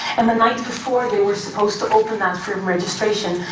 and the night before they were supposed to open that registration,